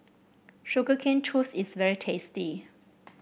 Sugar Cane Juice is very tasty